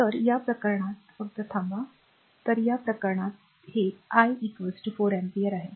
तर या प्रकरणात फक्त थांबा तर या प्रकरणात हे आय 4 अँपिअर आहे